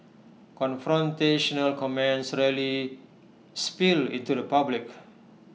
confrontational comments rarely spill into the public